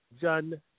John